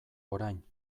orain